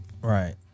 right